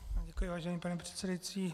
Děkuji, vážený pane předsedající.